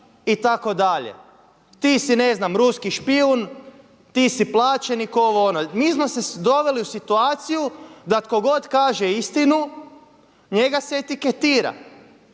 itd.. Ti si ne znam ruski špijun, ti si plaćenik, ovo ono. Mi smo se doveli u situaciju da tko god kaže istinu njega se etiketira.